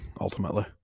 ultimately